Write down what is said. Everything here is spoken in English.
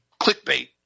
clickbait